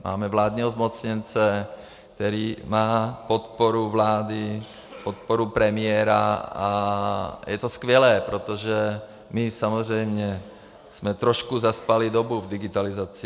Máme vládního zmocněnce, který má podporu vlády, podporu premiéra, a je to skvělé, protože my samozřejmě jsme trošku zaspali dobu v digitalizaci.